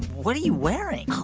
what are you wearing? oh,